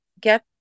get